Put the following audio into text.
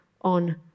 on